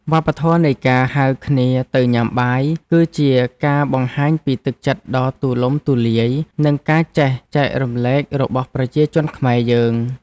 វប្បធម៌នៃការហៅគ្នាទៅញ៉ាំបាយ គឺជាការបង្ហាញពីទឹកចិត្តដ៏ទូលំទូលាយ និងការចេះចែករំលែករបស់ប្រជាជនខ្មែរយើង។